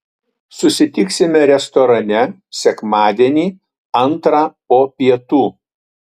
susitiksime restorane sekmadienį antrą po pietų